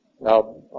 Now